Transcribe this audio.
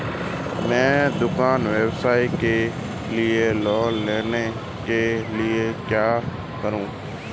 मैं दुकान व्यवसाय के लिए लोंन लेने के लिए क्या करूं?